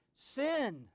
sin